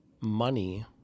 money